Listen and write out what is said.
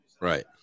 right